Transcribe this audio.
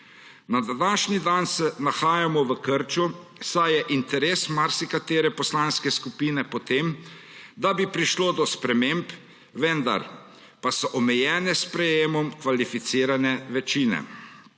Na današnji dan se nahajamo v krču, saj je interes marsikatere poslanske skupine, da bi prišlo do sprememb, vendar pa so omejene s sprejetjem kvalificirane večine.